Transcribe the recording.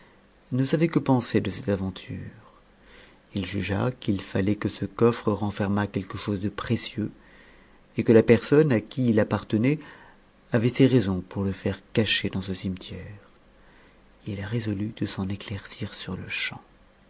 ne savait que penser de cette aventure il jugea qu'il fallait que ce coffre renfermât quelque chose de précieux et que la personne à qui il appartenait avait ses raisons pour le faire cacher dans ce cimetière il résolut de s'en éclaircir sur-le-champ